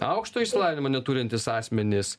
aukšto išsilavinimo neturintys asmenys